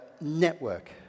Network